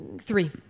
three